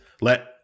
let